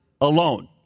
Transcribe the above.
alone